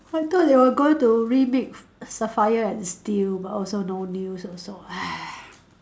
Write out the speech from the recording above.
I thought they were going to remix sapphire and steel but also no news also